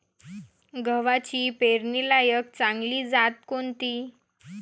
गव्हाची पेरनीलायक चांगली जात कोनची?